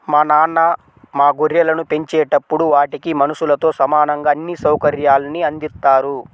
మా నాన్న మా గొర్రెలను పెంచేటప్పుడు వాటికి మనుషులతో సమానంగా అన్ని సౌకర్యాల్ని అందిత్తారు